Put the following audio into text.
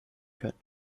können